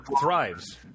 thrives